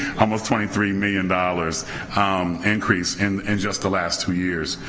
almost twenty three million dollars increase in and just the last two years.